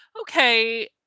Okay